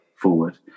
forward